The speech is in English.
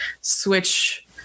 switch